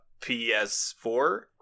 ps4